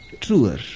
truer